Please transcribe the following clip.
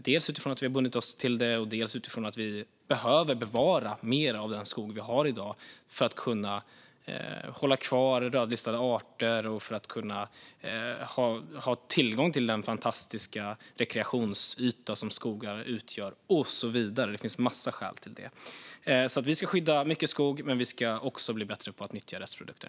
Dels har vi förbundit oss till det, dels behöver vi bevara mer av den skog vi har i dag för att kunna hålla kvar rödlistade arter och ha tillgång till den fantastiska rekreationsyta som skogen utgör, och så vidare. Det finns en massa skäl att göra det. Vi ska skydda mycket skog, men vi ska också bli bättre på att nyttja restprodukter.